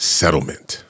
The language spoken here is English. settlement